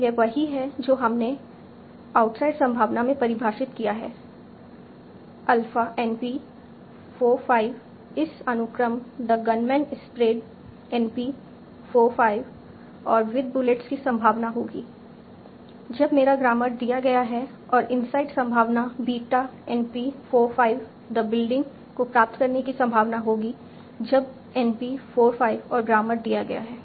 तो यह वही है जो हमने आउटसाइड संभावना में परिभाषित किया है अल्फा NP 4 5 इस अनुक्रम द गनमैन स्प्रेड NP 4 5 और विद बुलेट्स की संभावना होगी जब मेरा ग्रामर दिया गया है और इनसाइड संभावना बीटा NP 4 5 द बिल्डिंग को प्राप्त करने की संभावना होगी जब NP 4 5 और ग्रामर दिया गया है